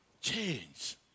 change